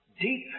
deep